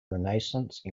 renaissance